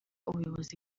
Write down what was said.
ubuyobozi